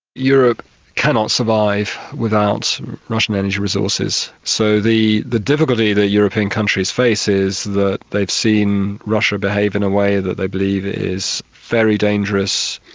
europe cannot survive without russian energy resources. so the the difficulty the european countries face is that they've seen russia behave in a way that they believe is very dangerous,